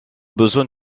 besoin